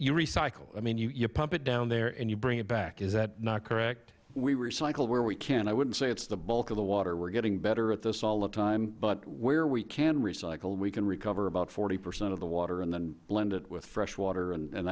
you recycle i mean you pump it down there and you bring it back is that not correct mister whitsitt we recycle where we can i wouldn't say it's the bulk of the water we're getting better at this all the time but where we can recycle we can recover about forty percent of the water and then blend it with freshwater and